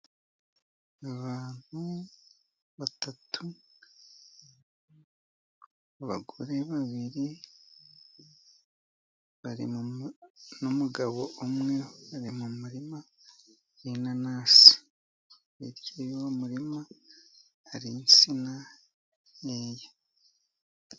Abantu batatu, abagore babiri n'umugabo umwe bari mu murima w'inanasi. Hirya y'uwo murima hari insina nkeya.